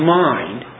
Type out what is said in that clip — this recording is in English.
mind